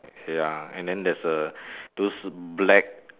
ya and then there's err those black